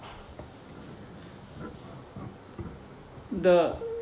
the